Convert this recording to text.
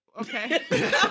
Okay